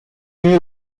you